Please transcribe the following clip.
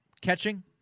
catching